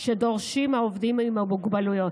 שדורשים העובדים עם המוגבלויות.